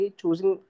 choosing